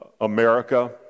America